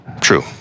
True